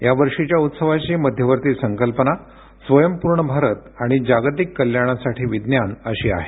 यावर्षीच्या उत्सवाची मध्यवर्ती संकल्पना स्वयंपूर्ण भारत आणि जागतिक कल्याणासाठी विज्ञान अशी आहे